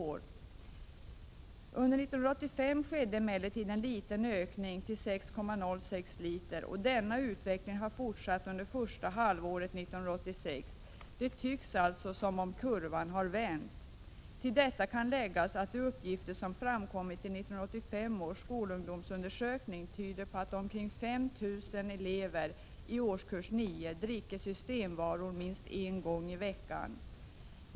Under 1985 skedde emellertid en liten ökning till 6,06 liter, och denna utveckling har fortsatt under första halvåret 1986. Det tycks alltså som om kurvan har vänt. Till detta kan läggas att de uppgifter som framkommit i 1985 års skolungdomsundersökning tyder på att omkring 5 000 elever i årskurs 9 dricker systemvaror minst en gång i veckan.